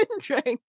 drink